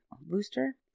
Booster